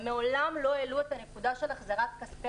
הם מעולם לא העלו את הנקודה של החזרת כספי